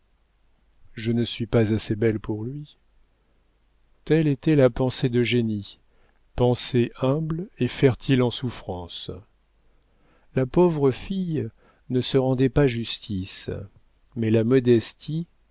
je ne suis pas assez belle pour lui telle était la pensée d'eugénie pensée humble et fertile en souffrances la pauvre fille ne se rendait pas justice mais la modestie